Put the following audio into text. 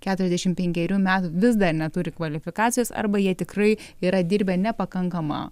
keturiasdešim penkerių metų vis dar neturi kvalifikacijos arba jie tikrai yra dirbę nepakankamą